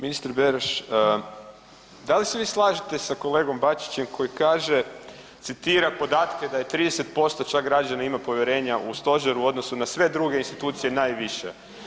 Ministre Beroš, da li se vi slažete sa kolegom Bačićem koji kaže, citira podatke da je 30% čak građana ima povjerenja u stožer u odnosu na sve druge institucije najviše.